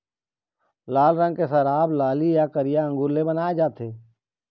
लाल रंग के शराब लाली य करिया अंगुर ले बनाए जाथे